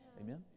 Amen